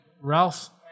Ralph